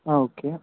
ஆ okay